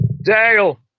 Dale